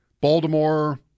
Baltimore